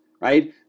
right